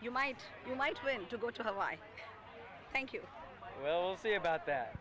you might you might win to go to the life thank you well say about that